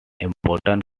important